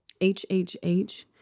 HHH